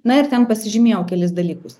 na ir ten pasižymėjau kelis dalykus